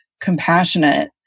compassionate